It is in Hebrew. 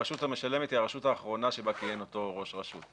הרשות המשלמת היא הרשות האחרונה שבה כיהן אותו ראש רשות,